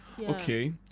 okay